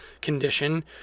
condition